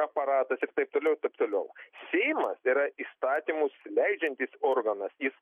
aparatas ir taip toliau ir taip toliau seimas yra įstatymus leidžiantis organas jis